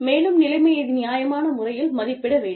மேலும் நிலைமையை நியாயமான முறையில் மதிப்பிட வேண்டும்